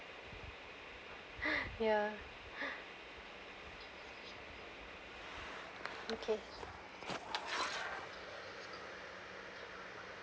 ya okay